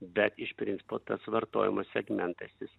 bet iš principo tas vartojimo segmentas jis